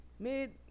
Mid